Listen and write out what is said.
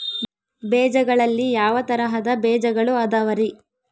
ಬೇಜಗಳಲ್ಲಿ ಯಾವ ತರಹದ ಬೇಜಗಳು ಅದವರಿ?